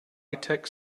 tech